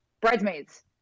bridesmaids